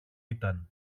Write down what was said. ήταν